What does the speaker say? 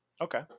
Okay